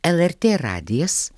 lrt radijas